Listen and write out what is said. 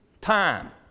time